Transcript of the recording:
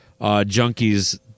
junkies